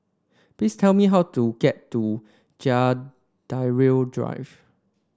please tell me how to get to Drive